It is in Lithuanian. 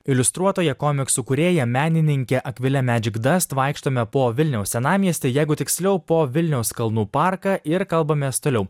iliustruotoja komiksų kūrėja menininkė akvilė medžikdast vaikštome po vilniaus senamiestį jeigu tiksliau po vilniaus kalnų parką ir kalbamės toliau